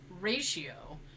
ratio